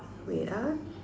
wait ah